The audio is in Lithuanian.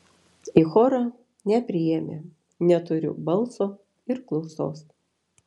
į chorą nepriėmė neturiu balso ir klausos